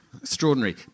Extraordinary